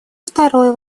второй